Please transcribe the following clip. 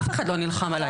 אף אחד לא נלחם עליי.